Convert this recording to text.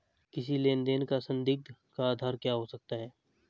किसी लेन देन का संदिग्ध का आधार क्या हो सकता है?